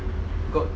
got